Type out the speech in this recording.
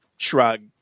shrug